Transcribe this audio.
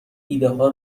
ایدهها